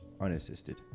unassisted